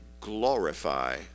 glorify